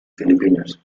filipinas